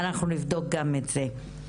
אנחנו נבדוק גם את זה.